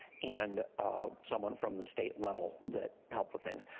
and someone from the state level that helped with things.